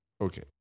okay